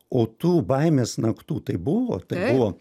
o tų baimės naktų tai buvo tai buvo